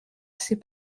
ces